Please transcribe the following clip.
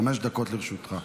שלוש דקות לרשותך.